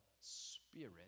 spirit